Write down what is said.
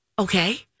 Okay